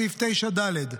סעיף 9(ד),